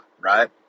right